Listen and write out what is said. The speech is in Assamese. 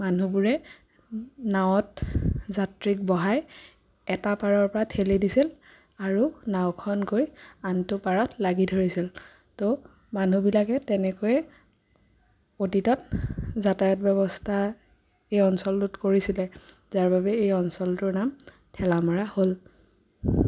মানুহবোৰে নাৱত যাত্ৰীক বহাই এটা পাৰৰ পৰা ঠেলি দিছিল আৰু নাওখন গৈ আনটো পাৰত লাগি ধৰিছিল তো মানুহবিলাকে তেনেকৈয়ে অতীতত যাতায়ত ব্যৱস্থা এই অঞ্চলটোত কৰিছিলে যাৰ বাবে এই অঞ্চলটোৰ নাম ঠেলামৰা হ'ল